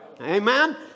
Amen